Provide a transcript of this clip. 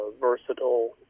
versatile